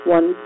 One